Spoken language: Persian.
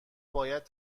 باید